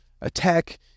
attack